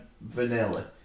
vanilla